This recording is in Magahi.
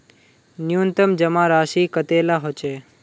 न्यूनतम जमा राशि कतेला होचे?